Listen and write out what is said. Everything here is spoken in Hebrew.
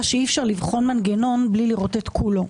שאי אפשר לבחון מנגנון בלי לראות את כולו.